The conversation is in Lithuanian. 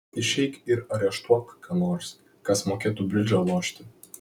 išeik ir areštuok ką nors kas mokėtų bridžą lošti